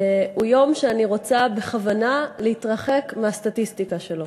הוא יום שאני רוצה בכוונה להתרחק מהסטטיסטיקה שלו.